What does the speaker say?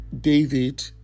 David